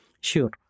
Sure